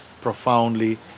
profoundly